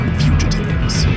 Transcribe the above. fugitives